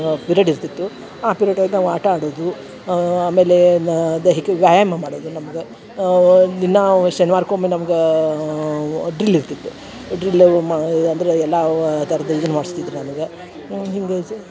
period ಇರ್ತಿತ್ತು ಆ ಪಿರೇಡಾಗ ನಾವು ಆಟ ಆಡೋದು ಆಮೇಲೆ ದೈಹಿಕ ವ್ಯಾಯಾಮ ಮಾಡೋದು ನಮ್ಗೆ ದಿನ ಶನಿವಾರಕ್ಕೆ ಒಮ್ಮೆ ನಮ್ಗ ಡ್ರಿಲ್ ಇರ್ತಿತ್ತು ಡ್ರಿಲ್ ಮಾ ಅಂದರೆ ಎಲ್ಲಾವ ಥರ್ದ ಇದನ್ನ ಮಾಡ್ಸ್ತಿದ್ರು ನಮ್ಗೆ ಹೀಗೆ ಸೆ